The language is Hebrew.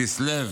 כסלו